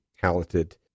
talented